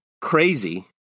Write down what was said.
crazy